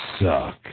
suck